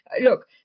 Look